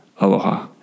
Aloha